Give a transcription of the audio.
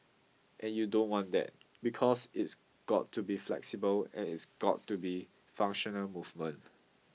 and you don't want that because it's got to be flexible and it's got to be functional movement